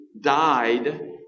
died